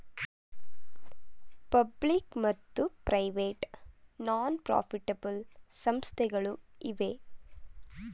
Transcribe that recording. public ಮತ್ತು private non profitable ಸಂಸ್ಥೆಗಳು ಇವೆ